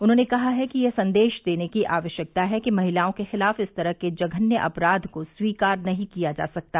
उन्होंने कहा है कि यह संदेश देने की आवश्यकता है कि महिलाओं के खिलाफ इस तरह के जघन्य अपराध को स्वीकार नहीं किया जा सकता